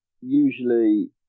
Usually